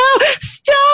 stop